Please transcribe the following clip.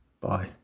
Bye